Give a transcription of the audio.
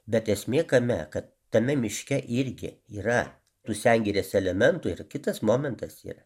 bet esmė kame kad tame miške irgi yra tų sengirės elementų ir kitas momentas yra